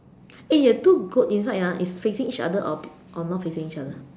eh the two goat inside ah is facing each other or not facing each other